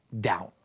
down